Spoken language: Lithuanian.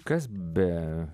kas be